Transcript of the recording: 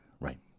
Right